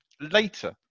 later